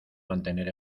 mantener